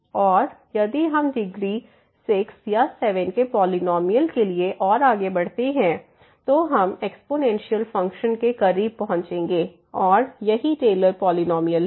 और यदि हम डिग्री 6 या 7 के पॉलिनॉमियल के लिए और आगे बढ़ते हैं तो हम एक्स्पोनेंशियल फंक्शन के करीब पहुंचेंगे और यही टेलर पॉलिनॉमियल है